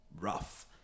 rough